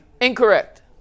Incorrect